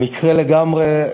במקרה לגמרי,